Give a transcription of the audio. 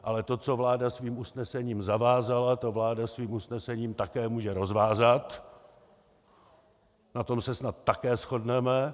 Ale to, co vláda svým usnesením zavázala, to vláda svým usnesením také může rozvázat, na tom se snad také shodneme.